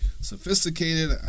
sophisticated